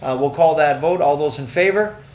we'll call that vote, all those in favor?